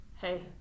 Hey